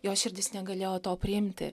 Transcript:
jo širdis negalėjo to priimti